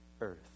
earth